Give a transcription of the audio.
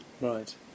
Right